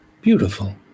Beautiful